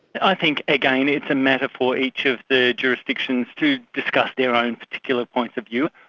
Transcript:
i think again it's a matter for each of the jurisdictions to discuss their own particular points of view.